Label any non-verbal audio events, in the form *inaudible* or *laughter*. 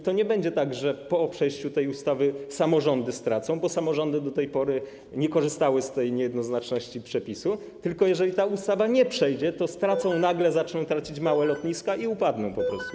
I nie będzie tak, że po przejściu tej ustawy samorządy stracą, bo samorządy do tej pory nie korzystały z tej niejednoznaczności przepisów, tylko jeżeli ta ustawa nie przejdzie, to stracą, *noise* nagle zaczną tracić małe lotniska i one po prostu upadną.